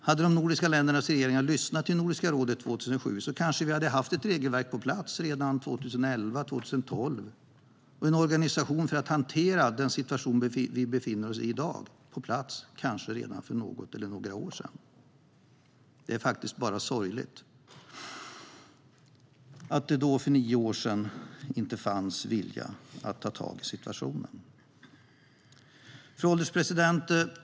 Hade de nordiska ländernas regeringar lyssnat till Nordiska rådet 2007 kanske vi hade haft ett regelverk på plats redan 2011-2012 och en organisation på plats kanske redan för något eller några år sedan för att hantera den situation vi i dag befinner oss i. Det är bara sorgligt att det då, för nio år sedan, inte fanns en vilja att ta tag i situationen. Fru ålderspresident!